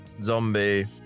zombie